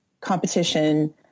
competition